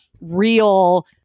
real